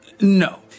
No